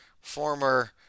former